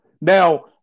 Now